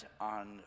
on